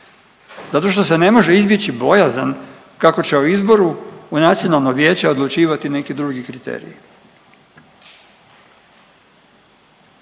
zato što se ne može izbjeći bojazan kako će o izboru u nacionalno vijeće odlučivati neki drugi kriteriji.